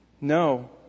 No